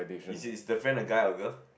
is is the friend a guy or girl